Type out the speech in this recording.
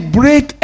break